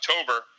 October